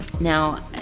now